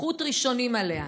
זכות ראשונים עליה.